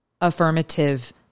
affirmative